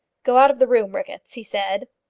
go out of the room, ricketts, he said.